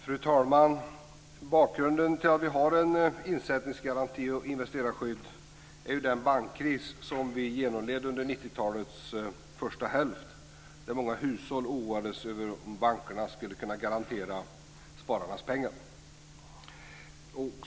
Fru talman! Bakgrunden till att vi har en insättningsgaranti och ett investerarskydd är den bankkris som vi genomled under 90-talets första hälft där många hushåll oroades över om bankerna skulle kunna garantera spararnas pengar.